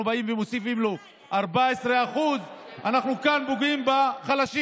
אנחנו באים ומוסיפים לו 14%. אנחנו כאן פוגעים בחלשים,